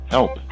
Help